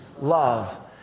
Love